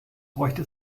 bräuchte